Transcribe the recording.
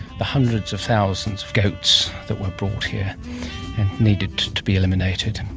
the hundreds of thousands of goats that were brought here and needed to be eliminated.